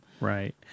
Right